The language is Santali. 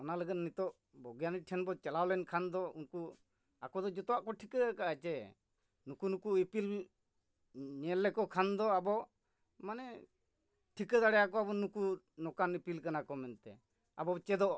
ᱚᱱᱟ ᱞᱟᱹᱜᱤᱫ ᱱᱤᱛᱚᱜ ᱵᱚᱭᱜᱟᱱᱤᱠ ᱴᱷᱮᱱ ᱵᱚᱱ ᱪᱟᱞᱟᱣ ᱞᱮᱱ ᱠᱷᱟᱱ ᱫᱚ ᱩᱱᱠᱩ ᱟᱠᱚ ᱫᱚ ᱡᱚᱛᱚᱣᱟᱜ ᱠᱚ ᱴᱷᱤᱠᱟᱹᱠᱟᱜᱼᱟ ᱡᱮ ᱱᱩᱠᱩ ᱱᱩᱠᱩ ᱤᱯᱤᱞ ᱧᱮᱞ ᱞᱮᱠᱚ ᱠᱷᱟᱱ ᱫᱚ ᱟᱵᱚ ᱢᱟᱱᱮ ᱴᱷᱤᱠᱟᱹ ᱫᱟᱲᱮᱭᱟᱠᱚᱣᱟᱵᱚᱱ ᱱᱩᱠᱩ ᱱᱚᱠᱟᱱ ᱤᱯᱤᱞ ᱠᱟᱱᱟ ᱠᱚ ᱢᱮᱱᱛᱮ ᱟᱵᱚ ᱪᱮᱫᱚᱜᱼᱟ